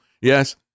Yes